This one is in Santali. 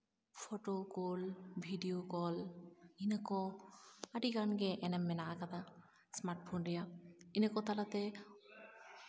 ᱯᱷᱳᱴᱳ ᱠᱳᱞ ᱵᱷᱤᱰᱤᱭᱳ ᱠᱚᱞ ᱤᱱᱟᱹ ᱠᱚ ᱟᱹᱰᱤᱜᱟᱱ ᱜᱮ ᱮᱱᱮᱢ ᱢᱮᱱᱟᱜ ᱠᱟᱫᱟ ᱥᱢᱟᱨᱴ ᱯᱷᱳᱱ ᱨᱮᱭᱟᱜ ᱤᱱᱟᱹ ᱠᱚ ᱛᱟᱞᱟᱛᱮ